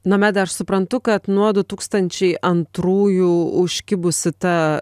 nomeda ar suprantu kad nuo du tūkstančiai antrųjų užkibusi ta